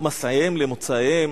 למסעיהם למוצאיהם,